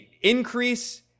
increase